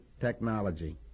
technology